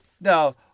No